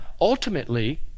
ultimately